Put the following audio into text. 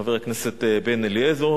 חבר הכנסת בן-אליעזר.